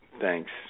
Thanks